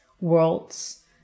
worlds